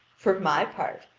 for my part,